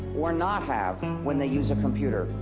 or not have, when they use a computer.